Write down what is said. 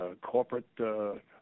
corporate